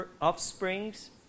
offsprings